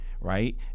right